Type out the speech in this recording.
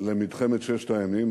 למלחמת ששת הימים,